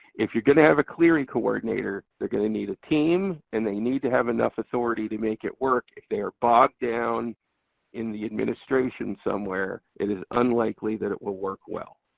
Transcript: if you're gonna have a clery coordinator they're gonna need a team and they need to have enough authority to make it work. if they are bogged down in the administration somewhere, it is unlikely that it will work well.